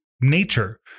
nature